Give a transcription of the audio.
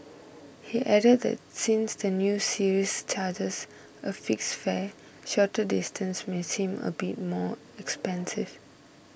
he added that since the new service charges a fixed fare shorter distances may seem a bit more expensive